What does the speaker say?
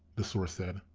the source said,